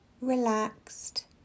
relaxed